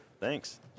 Thanks